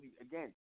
again